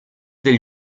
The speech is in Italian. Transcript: del